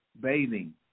bathing